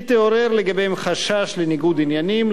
כי התעורר לגביהם חשש לניגוד עניינים,